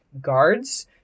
guards